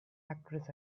actress